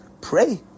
Pray